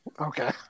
Okay